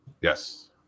Yes